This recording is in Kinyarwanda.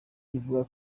rivuga